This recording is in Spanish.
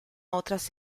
otras